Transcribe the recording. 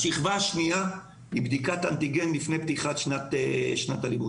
השכבה השנייה היא בדיקת אנטיגן לפני פתיחת שנת הלימודים.